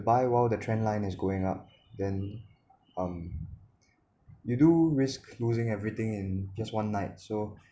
buy while the trend line is going up then um you do risk losing everything in just one night so